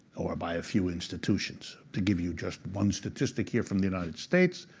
or by a few institutions. to give you just one statistic here from the united states,